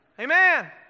Amen